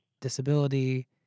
disability